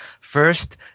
First